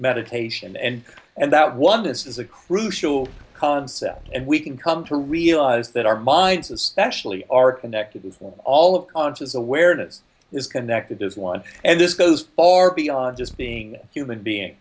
meditation and and that one this is a crucial concept and we can come to realize that our minds especially are connected for all of conscious awareness is connected as one and this goes far beyond just being human being